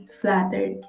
flattered